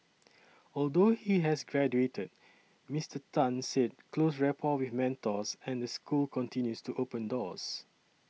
although he has graduated Mister Tan said close rapport with mentors and the school continues to open doors